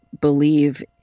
believe